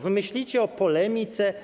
Wy myślicie o polemice?